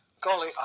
Golly